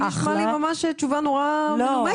היה נשמע לי קודם תשובה נורא מנומקת,